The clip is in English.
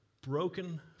broken